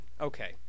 Okay